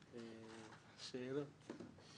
אין לי שאלות.